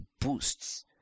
boosts